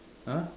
!huh!